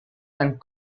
and